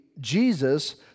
Jesus